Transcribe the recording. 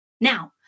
Now